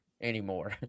anymore